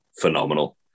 phenomenal